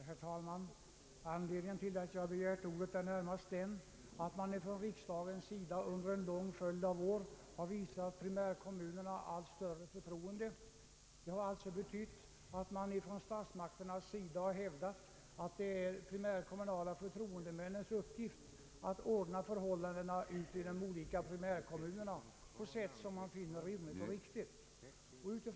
Herr talman! Anledningen till att jag begärt ordet är närmast den att riksdagen under en lång följd av år visat primärkommunerna allt större förtroende. Det har alltså betytt att man från statsmakternas sida hävdat att det är de primärkommunala förtroendemännens uppgift att ordna förhållandena i de olika primärkommunerna på ett rimligt och riktigt sätt.